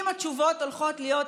אם התשובות הולכות להיות,